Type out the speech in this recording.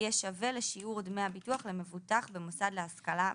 יהיה שווה לשיעור דמי הביטוח למבוטח במוסד להשכלה בארץ.